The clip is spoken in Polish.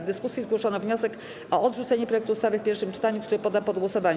W dyskusji zgłoszono wniosek o odrzucenie projektu ustawy w pierwszym czytaniu, który poddam pod głosowanie.